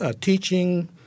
teaching